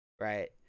right